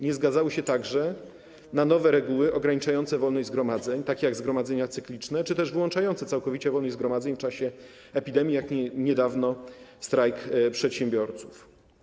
Nie zgadzały się także na nowe reguły ograniczające wolność zgromadzeń, takich jak zgromadzenia cykliczne, czy też wyłączające całkowicie wolność zgromadzeń w czasie epidemii, takich jak niedawny strajk przedsiębiorców.